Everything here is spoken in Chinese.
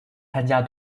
参加